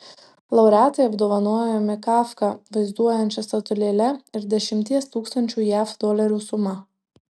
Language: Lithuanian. laureatai apdovanojami kafką vaizduojančia statulėle ir dešimties tūkstančių jav dolerių suma